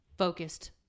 focused